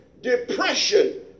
depression